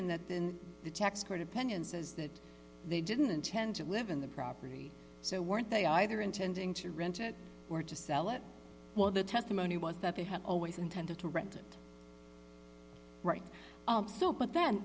in that then the tax court opinion says that they didn't intend to live in the property so weren't they either intending to rent it or to sell it well the testimony was that they had always intended to rent it right but then